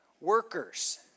workers